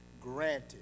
granted